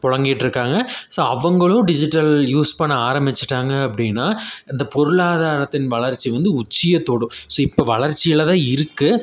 புழங்கிட்டு இருக்காங்க ஸோ அவங்களும் digital use பண்ண ஆரம்பிச்சுட்டாங்க அப்படின்னா இந்த பொருளாதாரத்தின் வளர்ச்சி வந்து உச்சியை தொடும் ஸோ இப்போ வளர்ச்சியில் தான் இருக்கு